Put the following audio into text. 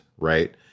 right